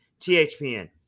THPN